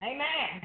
Amen